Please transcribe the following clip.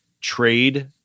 trade